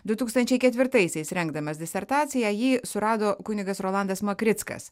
du tūkstančiai ketvirtaisiais rengdamas disertaciją jį surado kunigas rolandas makrickas